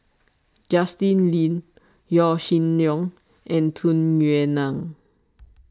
Justin Lean Yaw Shin Leong and Tung Yue Nang